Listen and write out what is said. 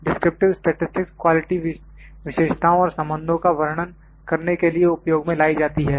descriptive statistics quality विशेषताओं और संबंधों का वर्णन करने के लिए उपयोग में लाई जाती हैं